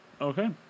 Okay